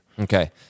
Okay